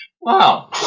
Wow